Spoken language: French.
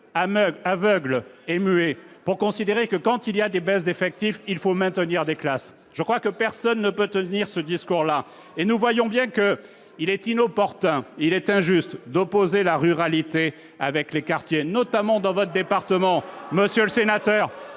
aveugle et muet pour considérer que, quand il y a des baisses d'effectif, il faut maintenir des classes ; je crois que personne ne peut tenir ce discours-là. Par conséquent, nous voyons bien qu'il est inopportun et injuste d'opposer la ruralité aux quartiers, notamment dans votre département, monsieur le sénateur,